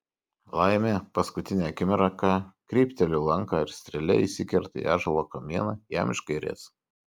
laimė paskutinę akimirką krypteliu lanką ir strėlė įsikerta į ąžuolo kamieną jam iš kairės